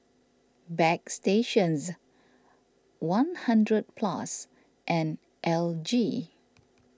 Bagstationz one hundred Plus and L G